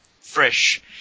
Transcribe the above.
fresh